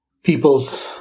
People's